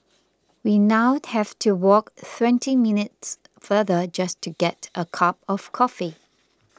we now have to walk twenty minutes farther just to get a cup of coffee